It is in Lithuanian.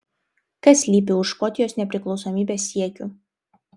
kas slypi už škotijos nepriklausomybės siekių